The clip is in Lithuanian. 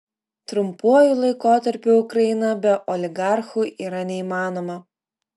trumpuoju laikotarpiu ukraina be oligarchų yra neįmanoma